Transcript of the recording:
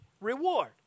reward